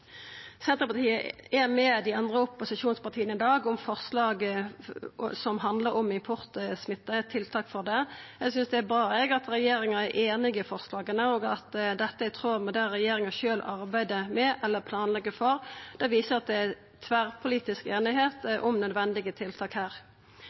Senterpartiet er i dag med dei andre opposisjonspartia på forslaget som handlar om tiltak mot importsmitte. Eg synest det er bra at regjeringa er einig i forslaget, og at dette er i tråd med det regjeringa sjølv arbeider med eller planlegg for. Det viser at det er tverrpolitisk einigheit